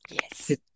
Yes